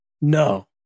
no